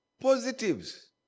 Positives